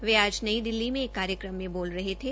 वह आज नई दिल्ली में एक कार्यक्रम में बोल रहे थे